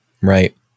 Right